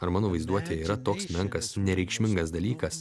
ar mano vaizduotė yra toks menkas nereikšmingas dalykas